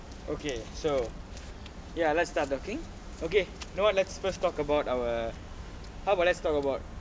okay so ya let's start talking okay you know what let's first talk about our how about let's talk about